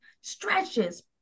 Stretches